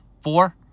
four